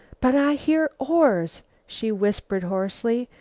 but i hear oars, she whispered hoarsely.